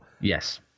Yes